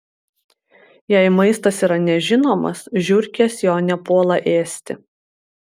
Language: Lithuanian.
jei maistas yra nežinomas žiurkės jo nepuola ėsti